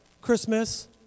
Christmas